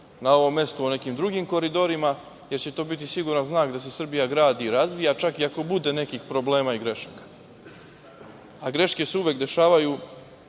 na ovom mestu o nekim drugim koridorima jer će to biti siguran znak da se Srbija gradi i razvija, pa čak i ako bude nekih problema i grešaka. Greške se uvek dešavaju,